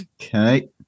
Okay